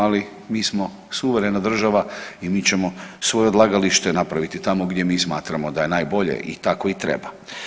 Ali mi smo suverena država i mi ćemo svoje odlagalište napraviti tamo gdje mi smatramo da je najbolje i tako i treba.